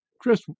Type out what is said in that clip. Chris